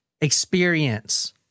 experience